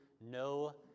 no